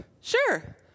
sure